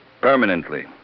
Permanently